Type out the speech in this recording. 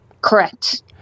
Correct